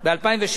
ב-2016,